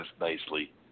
nicely